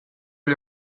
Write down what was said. igl